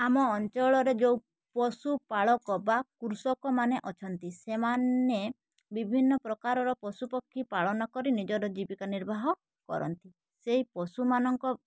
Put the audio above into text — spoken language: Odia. ଆମ ଅଞ୍ଚଳରେ ଯୋଉ ପଶୁ ପାଳକ ବା କୃଷକ ମାନେ ଅଛନ୍ତି ସେମାନେ ବିଭିନ୍ନ ପ୍ରକାରର ପଶୁପକ୍ଷୀ ପାଳନ କରି ନିଜର ଜୀବିକା ନିର୍ବାହ କରନ୍ତି ସେଇ ପଶୁମାନଙ୍କ